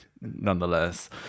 nonetheless